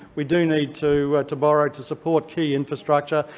we do need to to borrow to support key infrastructure.